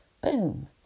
boom